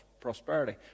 prosperity